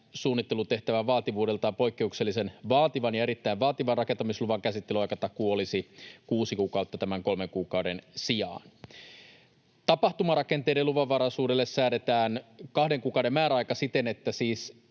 suunnittelutehtävän vaativuudeltaan poikkeuksellisen ja erittäin vaativan rakentamisluvan käsittelyaikatakuu olisi kuusi kuukautta tämän kolmen kuukauden sijaan. Tapahtumarakenteiden luvanvaraisuudelle säädetään kahden kuukauden määräaika siten, että siis